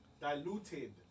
Diluted